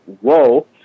whoa